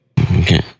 Okay